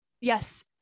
Yes